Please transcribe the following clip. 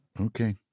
Okay